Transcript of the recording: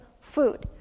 food